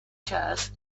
chairs